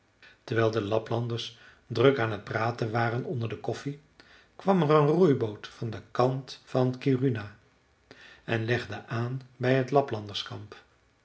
terwijl de laplanders druk aan t praten waren onder de koffie kwam er een roeiboot van den kant van kiruna en legde aan bij het